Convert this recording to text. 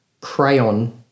crayon